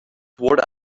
woorden